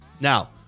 Now